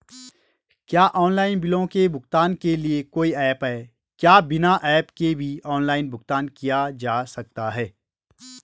क्या ऑनलाइन बिलों के भुगतान के लिए कोई ऐप है क्या बिना ऐप के भी ऑनलाइन भुगतान किया जा सकता है?